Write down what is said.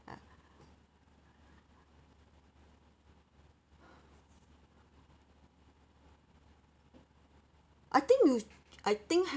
and I think you I think